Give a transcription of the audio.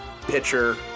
Pitcher